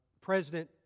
President